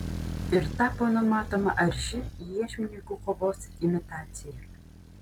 ir tapo numatoma arši iešmininkų kovos imitacija